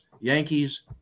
Yankees